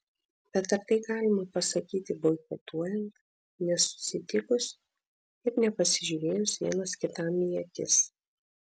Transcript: bet ar tai galima pasakyti boikotuojant nesusitikus ir nepasižiūrėjus vienas kitam į akis